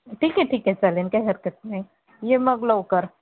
ठीक आहे ठीक आह चालेल काही हरकत नाही ये मग लवकर